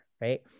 right